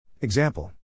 Example